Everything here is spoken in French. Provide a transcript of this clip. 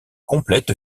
complète